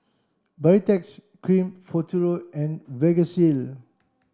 Baritex cream Futuro and Vagisil